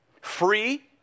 Free